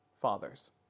fathers